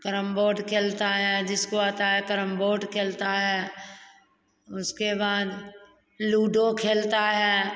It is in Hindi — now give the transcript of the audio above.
कैरम बोर्ड खेलता है जिसको आता है कैरम बोर्ड खेलता है उसके बाद लूडो खेलता है